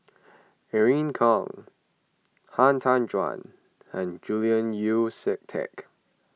Irene Khong Han Tan Juan and Julian Yeo See Teck